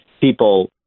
people